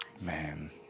man